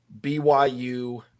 BYU